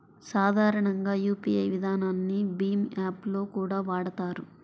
సాధారణంగా యూపీఐ విధానాన్ని భీమ్ యాప్ లో కూడా వాడతారు